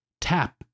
tap